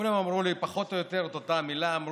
כולם אמרו לי, פחות או יותר, את אותה המילה, אמרו: